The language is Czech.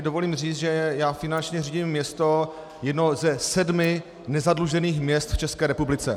Dovolím si říct, že finančně řídím město, jedno ze sedmi nezadlužených měst v České republice.